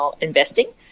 investing